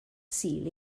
sul